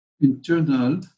internal